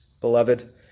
beloved